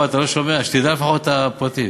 חבל, אתה לא שומע, שתדע לפחות את הפרטים.